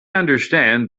understand